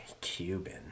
Cuban